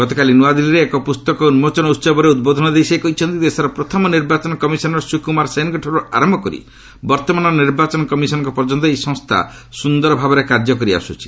ଗତକାଲି ନୂଆଦିଲ୍ଲୀଠାରେ ଏକ ପୁସ୍ତକ ଉନ୍କୋଚନ ଉତ୍ସବରେ ଉଦ୍ବୋଧନ ଦେଇ ସେ କହିଛନ୍ତି ଦେଶର ପ୍ରଥମ ନିର୍ବାଚନ କମିଶନର ସୁକୁମାର ସେନ୍ଙ୍କଠାରୁ ଆରମ୍ଭ କରି ବର୍ତ୍ତମାନର ନିର୍ବାଚନ କମିଶନଙ୍କ ପର୍ଯ୍ୟନ୍ତ ଏହି ସଂସ୍ଥା ସୁନ୍ଦର ଭାବରେ କାର୍ଯ୍ୟ କରି ଆସୁଛି